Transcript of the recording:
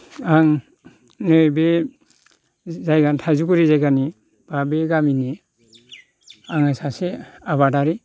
आं नै बे जायगानि थाइजौगुरि जायगानि एबा बे गामिनि आङो सासे आबादारि